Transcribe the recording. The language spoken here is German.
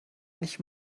nicht